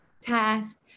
test